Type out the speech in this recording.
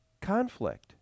conflict